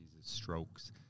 strokes